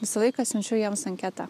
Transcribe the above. visą laiką siunčiu jiems anketą